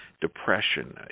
depression